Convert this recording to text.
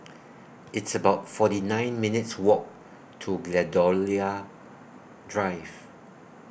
It's about forty nine minutes' Walk to Gladiola Drive